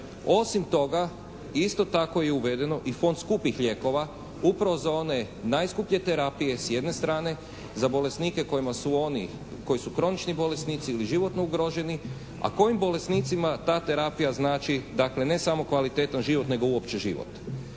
Osim toga isto tako je uvedeno i Fond skupih lijekova upravo za one najskuplje terapije s jedne strane za bolesnike kojima su oni, koji su kronični bolesnici ili životno ugroženi, a kojim bolesnicima ta terapija znači dakle ne samo kvalitetan život nego uopće život.